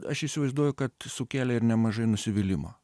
aš įsivaizduoju kad sukėlė ir nemažai nusivylimo